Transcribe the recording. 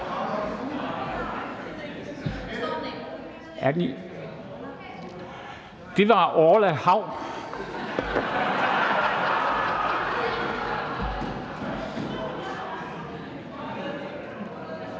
Det var Orla Hav!